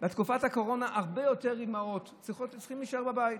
השבע לא מרגיש את הרעב,